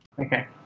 Okay